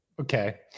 okay